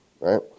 right